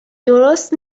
درست